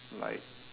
like